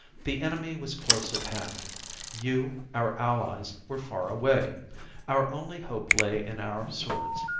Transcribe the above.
the enemy was close at hand you, our allies, were far away our only hope lay in our swords.